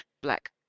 Black